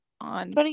on